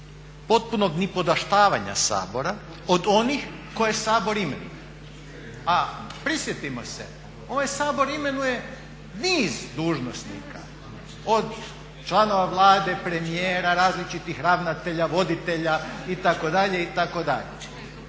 potpunog nipodaštavanja Sabora od onih koje Sabor imenuje. A prisjetimo se ovoj Sabor imenuje niz dužnosnika od članova Vlade, premijera, različitih ravnatelja, voditelja itd. itd.